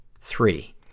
Three